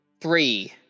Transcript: three